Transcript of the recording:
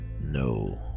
no